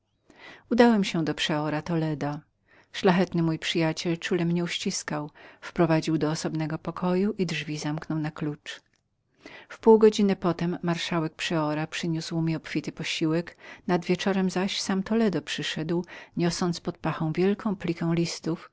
maltę wysiadłem do przeora toleda szlachetny mój przyjaciel czule mnie uściskawszy wprowadził do osobnego pokoju i drzwi zamknął na klucz w półgodziny marszałek przeora przyniósł mi obfity posiłek nad wieczorem zaś sam toledo przyszedł niosąc pod pachą wielką plikę listów